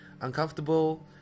Uncomfortable